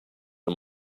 are